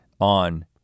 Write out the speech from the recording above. on